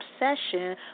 obsession